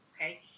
Okay